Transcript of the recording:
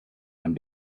and